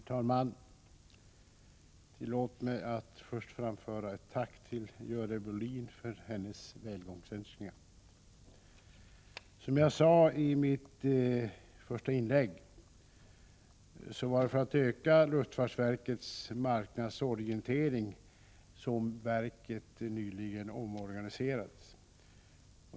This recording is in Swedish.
Herr talman! Tillåt mig att först framföra ett tack till Görel Bohlin för hennes välgångsönskningar. Som jag sade i mitt första inlägg var det för att man skulle öka luftfartsverkets marknadsorientering som verket nyligen omorganiserades.